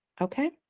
Okay